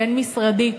בין-משרדית,